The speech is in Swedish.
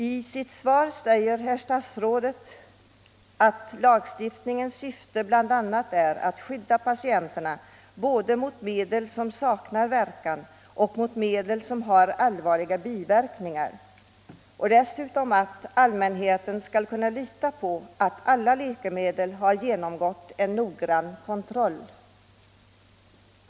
I sitt svar säger herr statsrådet att ”lagstiftningens syfte är att skydda patienterna både mot medel som saknar verkan och mot medel som har allvarliga biverkningar” och att ”allmänheten skall kunna lita på att alla läkemedel har genomgått en noggrann kontroll”.